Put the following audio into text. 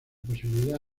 posibilidad